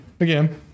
Again